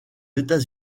états